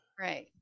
Right